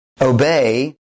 obey